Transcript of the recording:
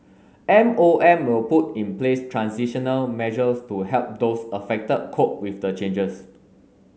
M O M will put in place transitional measures to help those affected cope with the changes